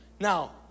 Now